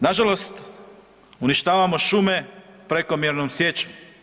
Nažalost uništavamo šume prekomjernom sječom.